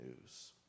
news